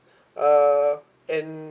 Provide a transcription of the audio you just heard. uh and